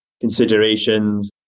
considerations